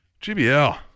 GBL